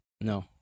No